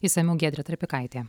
išsamiau giedrė trapikaitė